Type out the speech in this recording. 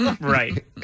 Right